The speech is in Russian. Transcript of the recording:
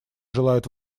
желают